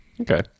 Okay